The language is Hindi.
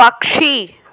पक्षी